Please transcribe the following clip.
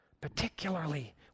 particularly